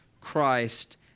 Christ